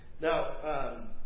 Now